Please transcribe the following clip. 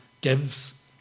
gives